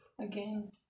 Again